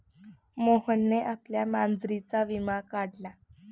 मोहनने आपल्या मांजरीचा विमा काढला